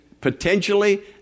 potentially